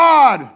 God